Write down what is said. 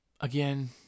Again